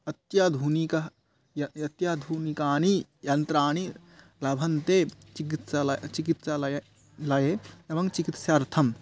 अत्याधुनिकानि यानि अत्याधुनिकानि यन्त्राणि लभ्यन्ते चिकित्सालये चिकित्सालये लये एवं चिकित्सार्थं